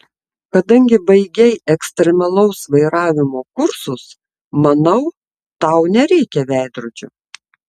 kadangi baigei ekstremalaus vairavimo kursus manau tau nereikia veidrodžio